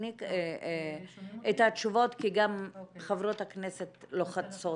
תתני את התשובות כי גם חברות הכנסת לוחצות.